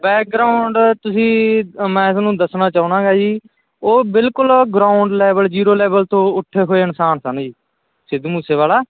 background ਤੁਸੀਂ ਮੈਂ ਤੁਹਾਨੂੰ ਦੱਸਣਾ ਚਾਹੁੰਦਾ ਗਾ ਜੀ ਉਹ ਬਿਲਕੁਲ ਗਰਾਊਂਡ ਲੈਵਲ ਜੀਰੋ ਲੈਵਲ ਤੋਂ ਉੱਠੇ ਹੋਏ ਇਨਸਾਨ ਸਨ ਜੀ ਸਿੱਧੂ ਮੂਸੇਵਾਲਾ